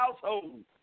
household